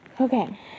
Okay